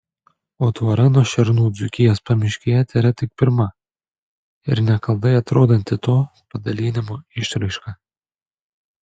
o tvora nuo šernų dzūkijos pamiškėje tėra tik pirma ir nekaltai atrodanti to padalinimo išraiška